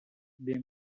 they